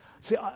See